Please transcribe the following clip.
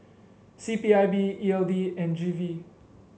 C P I B E L D and G V